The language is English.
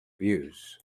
views